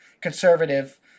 conservative